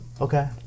Okay